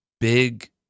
big